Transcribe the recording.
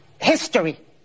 history